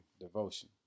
devotion